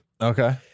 Okay